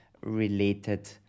related